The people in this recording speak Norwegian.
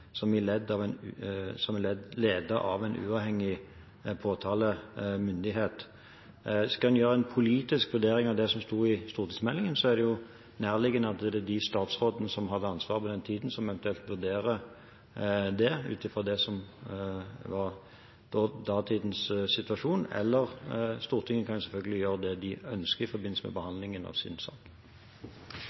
som ble ledet av en uavhengig påtalemyndighet. Skal en gjøre en politisk vurdering av det som står i stortingsmeldingen, er det nærliggende at det er de statsrådene som hadde ansvaret på den tiden, som eventuelt må vurdere det, ut ifra det som var datidens situasjon, eller så kan Stortinget selvfølgelig gjøre det de ønsker i forbindelse med behandlingen av sin sak.